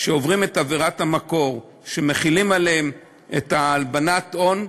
שעוברים את עבירת המקור ושמחילים עליהם את הלבנת ההון,